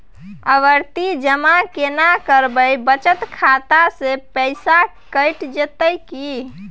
आवर्ति जमा केना करबे बचत खाता से पैसा कैट जेतै की?